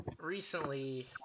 Recently